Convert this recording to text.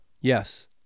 Yes